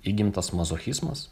įgimtas mazochizmas